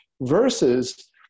versus